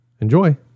Enjoy